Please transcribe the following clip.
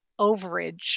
overage